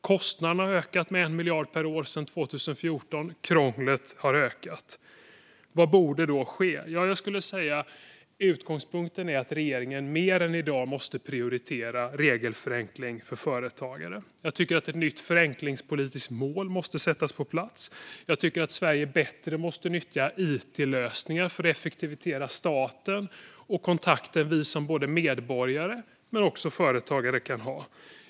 Kostnaderna har ökat med 1 miljard per år sedan 2014, och krånglet har ökat. Vad borde då ske? Jag skulle säga att utgångspunkten är att regeringen mer än i dag måste prioritera regelförenkling för företagare. Jag tycker att ett nytt förenklingspolitiskt mål måste komma på plats. Jag tycker att Sverige bättre måste nyttja it-lösningar för att effektivisera staten och kontakter som vi som medborgare men också företagare kan ha.